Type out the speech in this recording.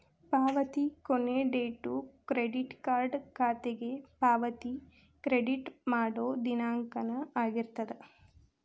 ಪಾವತಿ ಕೊನಿ date credit card ಖಾತೆಗೆ ಪಾವತಿ ಕ್ರೆಡಿಟ್ ಮಾಡೋ ದಿನಾಂಕನ ಆಗಿರ್ತದ